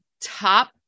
top